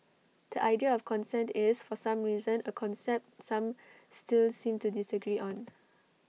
the idea of consent is for some reason A concept some still seem to disagree on